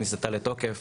כניסתה לתוקף